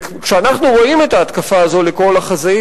כשאנחנו רואים את ההתקפה הזאת לאורך כל החזית,